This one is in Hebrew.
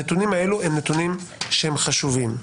הנתונים האלו הם נתונים שהם חשובים.